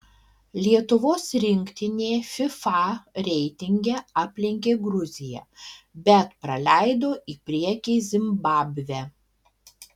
lietuvos rinktinė fifa reitinge aplenkė gruziją bet praleido į priekį zimbabvę